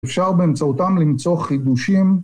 אפשר באמצעותם למצוא חידושים.